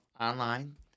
online